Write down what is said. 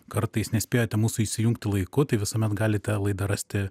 kartais nespėjote mūsų įsijungti laiku tai visuomet galite laidą rasti